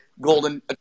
golden